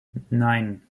nein